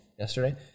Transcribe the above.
Yesterday